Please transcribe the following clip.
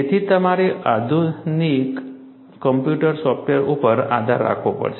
તેથી તમારે અત્યાધુનિક કમ્પ્યુટર સોફ્ટવેર ઉપર આધાર રાખવો પડશે